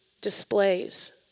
displays